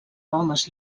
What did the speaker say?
homes